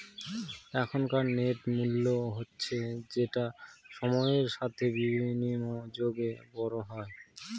এখনকার নেট মূল্য হচ্ছে যেটা সময়ের সাথে বিনিয়োগে বড় হয়